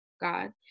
God